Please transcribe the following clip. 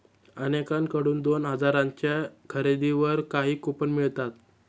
अनेकांकडून दोन हजारांच्या खरेदीवर काही कूपन मिळतात